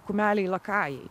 kumelei liokajai